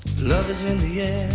love is in the air